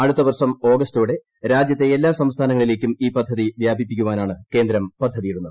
അടുത്തവർഷം ആഗസ്റ്റോടെ രാജ്യത്തെ എല്ലാ സംസ്ഥാനങ്ങളിലേക്കും ഈ പദ്ധതി വൃാപിപ്പിക്കാനാണ് കേന്ദ്രം പദ്ധതിയിടുന്നത്